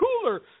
cooler